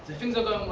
things are going